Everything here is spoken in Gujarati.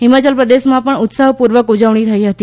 હિમાચલપ્રદેશમાં પણ ઉત્સાહપૂર્વક ઉજવણી થઈ હતી